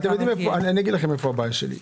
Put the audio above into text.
אני אגיד לכם איפה הבעיה שלי,